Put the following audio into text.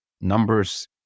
Numbers